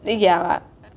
ya